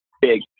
big